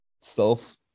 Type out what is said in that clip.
self